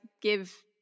give